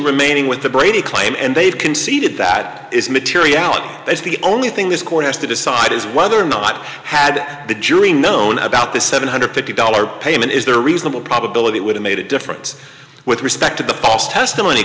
remaining with the brady claim and they've conceded that it's materiality that's the only thing this court has to decide is whether or not had the jury known about the seven hundred fifty dollars payment is there a reasonable probability it would have made a difference with respect to the false testimony